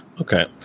Okay